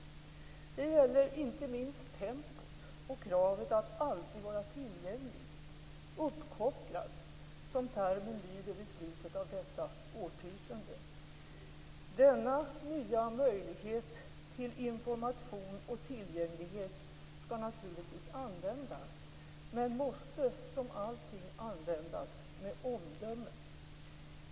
Det gäller inte minst tempot och kravet att alltid vara tillgänglig - uppkopplad, som termen lyder vid slutet av detta årtusende. Denna nya möjlighet till information och tillgänglighet skall naturligtvis användas, men måste, som allting annat, användas med omdöme.